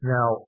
Now